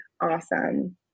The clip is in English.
awesome